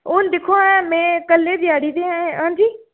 हून दिक्खो आं में कल्लै दी ध्याड़ी ते ऐं आं जी